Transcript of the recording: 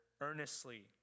earnestly